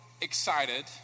excited